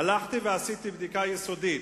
הלכתי ועשיתי בדיקה יסודית,